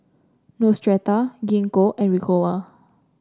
Neostrata Gingko and Ricola